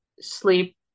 sleep